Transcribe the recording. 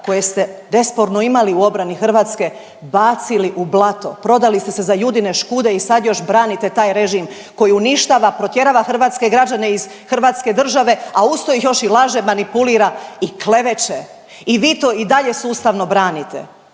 koje ste nesporno imali u obrani Hrvatske bacili u blato, prodali ste se za Judine škude i sad još branite taj režim koji uništava, protjerava hrvatske građane iz hrvatske države, a uz to ih još i laže, manipulira i kleveće i vi to i dalje sustavno branite.